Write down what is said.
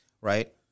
Right